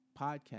podcast